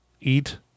Eat